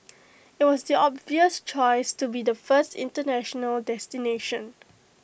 IT was the obvious choice to be the first International destination